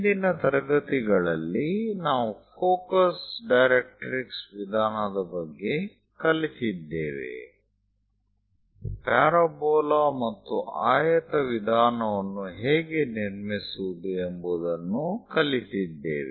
ಹಿಂದಿನ ತರಗತಿಗಳಲ್ಲಿ ನಾವು ಫೋಕಸ್ ಡೈರೆಕ್ಟ್ರಿಕ್ಸ್ ವಿಧಾನದ ಬಗ್ಗೆ ಕಲಿತಿದ್ದೇವೆ ಪ್ಯಾರಾಬೋಲಾ ಮತ್ತು ಆಯತ ವಿಧಾನವನ್ನು ಹೇಗೆ ನಿರ್ಮಿಸುವುದು ಎಂಬುವುದನ್ನೂ ಕಲಿತಿದ್ದೇವೆ